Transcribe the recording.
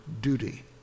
duty